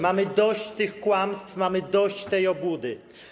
Mamy dość tych kłamstw, mamy dość tej obłudy.